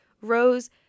rose